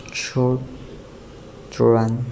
children